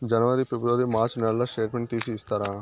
జనవరి, ఫిబ్రవరి, మార్చ్ నెలల స్టేట్మెంట్ తీసి ఇస్తారా?